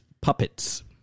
puppets